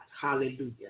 hallelujah